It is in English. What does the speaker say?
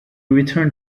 return